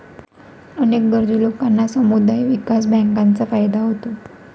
अनेक गरजू लोकांना समुदाय विकास बँकांचा फायदा होतो